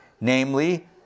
namely